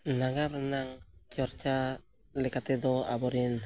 ᱱᱟᱜᱟᱨ ᱨᱮᱱᱟᱜ ᱪᱟᱨᱪᱟ ᱞᱮᱠᱟ ᱛᱮᱫᱚ ᱟᱵᱚ ᱨᱮᱱ